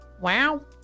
Wow